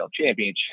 championship